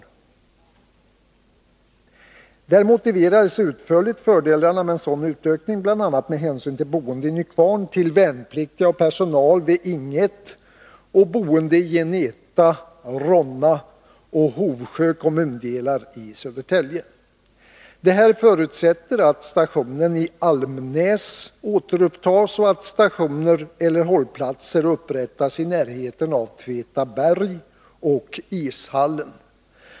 Där motiverades utförligt fördelarna med en sådan utökning bl.a. med hänsyn till boende i Nykvarn, till värnpliktiga och personal vid Ing. 1 och boende i Geneta, Ronna och Hovsjö kommundelar i Södertälje. Detta förutsätter att stationen i Almnäs åter tas i bruk och att stationer eller hållplatser upprättas i närheten av Tvetaberg och Ishallen.